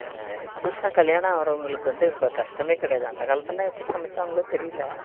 புதுசாக கல்யாணம் ஆகிறவங்களுக்கு வந்து இப்போ கஷ்டமே கிடையாது அந்த காலத்தெலாம் எப்படி சமைச்சாங்களோ தெரியலை